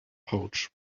pouch